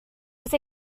was